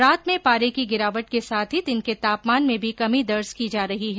रात में पारे की गिरावट के साथ ही दिन के तापमान में भी कमी दर्ज की जा रही है